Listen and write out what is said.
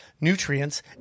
nutrients